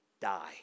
die